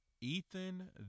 Ethan